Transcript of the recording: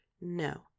no